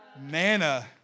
manna